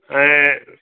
ऐं